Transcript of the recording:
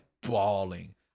bawling